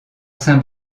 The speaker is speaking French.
saint